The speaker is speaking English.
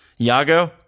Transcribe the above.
iago